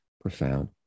profound